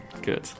Good